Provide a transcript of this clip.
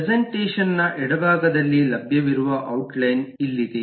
presentation ನ ಎಡಭಾಗದಲ್ಲಿ ಲಭ್ಯವಿರುವ ಔಟ್ ಲೈನ್ ಇಲ್ಲಿದೆ